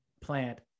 plant